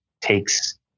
takes